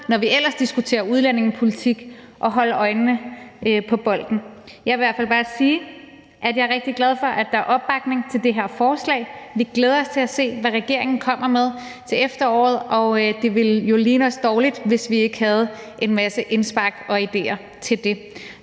når vi ellers diskuterer udlændingepolitik: at holde øjnene på bolden. Jeg vil i hvert fald bare sige, at jeg er rigtig glad for, at der er opbakning til det her forslag. Vi glæder os til at se, hvad regeringen kommer med til efteråret, og det ville jo ligne os dårligt, hvis vi ikke havde en masse indspark og idéer til det.